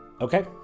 Okay